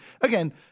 Again